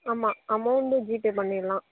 ஆமாம் amount GPay பண்ணிடலாம்